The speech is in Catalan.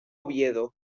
oviedo